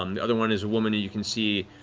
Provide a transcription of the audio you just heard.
um the other one is a woman and you can see,